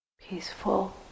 peaceful